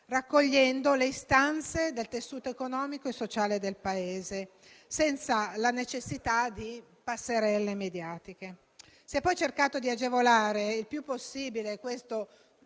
raccogliendo le istanze del tessuto economico e sociale del Paese, senza la necessità di passerelle mediatiche. Si è poi cercato di agevolare il più possibile - questo